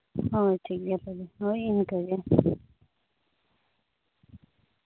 ᱦᱳᱭ ᱴᱷᱤᱠᱜᱮᱭᱟ ᱛᱚᱵᱮ ᱫᱚᱦᱚᱭᱮᱫᱼᱟᱹᱧ ᱤᱱᱠᱟᱹ ᱜᱮ